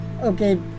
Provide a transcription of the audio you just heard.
okay